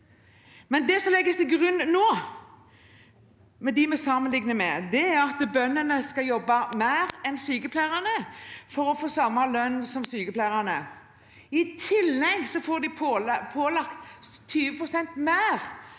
Det som nå legges til grunn med dem vi sammenligner med, er at bøndene skal jobbe mer enn sykepleierne for å få samme lønn som dem – i tillegg får de pålagt 20 pst.